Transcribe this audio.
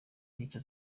n’icyo